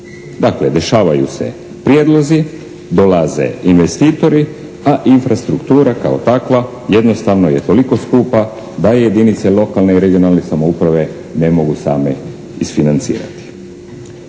Dakle, dešavaju se prijedlozi, dolaze investitori, a infrastruktura kao takva jednostavno je toliko skupa da je jedinice lokalne i regionalne samouprave ne mogu same isfinancirati.